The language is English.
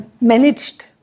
managed